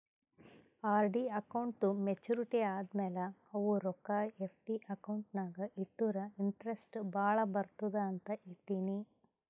RD ಅಕೌಂಟ್ದೂ maturity ಆದಮ್ಯಾಲ ಅವು ರೊಕ್ಕಾ ಎಫ್.ಡಿ ಅಕೌಂಟ್ ನಾಗ್ ಇಟ್ಟುರ ಇಂಟ್ರೆಸ್ಟ್ ಭಾಳ ಬರ್ತುದ ಅಂತ್ ಇಟ್ಟೀನಿ